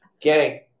Gang